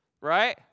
Right